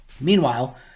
Meanwhile